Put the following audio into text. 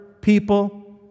people